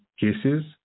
cases